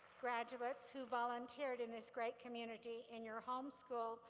graduates who volunteered in this great community, in your home school,